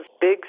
big